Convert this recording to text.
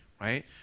right